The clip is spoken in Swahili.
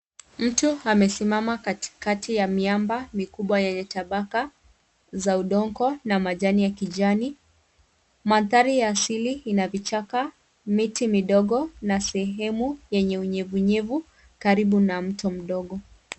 Mtu amesimama katikati ya miamba mikubwa yenye tabaka za udongo na majani ya kijani. Manthari ya asili, ina vichaka miti midogo na sehemu yenye unyevunyevu karibu na mto mdogo.